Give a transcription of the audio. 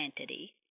entity